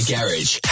Garage